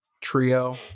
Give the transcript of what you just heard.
trio